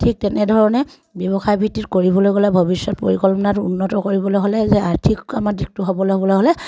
ঠিক তেনেধৰণে ব্যৱসায় ভিত্তিত কৰিবলৈ গ'লে ভৱিষ্যত পৰিকল্পনাত উন্নত কৰিবলৈ হ'লে যে আৰ্থিক আমাৰ দিশটো সবল হ'বলৈ হ'লে